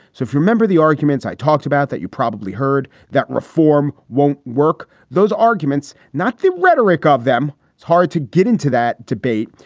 so remember the arguments i talked about that you probably heard that reform won't work. those arguments, not the rhetoric of them. it's hard to get into that debate,